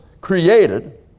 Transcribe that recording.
created